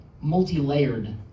multi-layered